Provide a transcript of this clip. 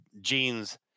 Gene's